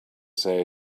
say